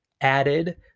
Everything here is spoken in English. added